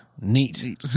Neat